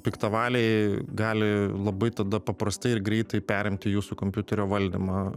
piktavaliai gali labai tada paprastai ir greitai perimti jūsų kompiuterio valdymą